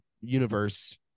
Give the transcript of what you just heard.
universe